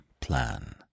plan